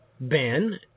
Ben